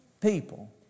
people